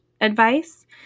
advice